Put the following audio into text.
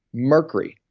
mercury,